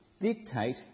dictate